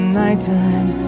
nighttime